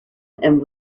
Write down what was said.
and